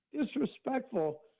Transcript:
disrespectful